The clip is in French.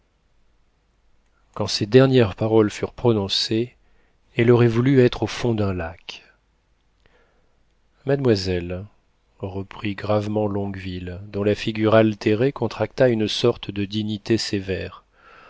quand ces dernières paroles furent prononcées elle aurait voulu être au fond d'un lac mademoiselle reprit gravement longueville dont la figure altérée contracta une sorte de dignité sévère